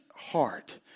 heart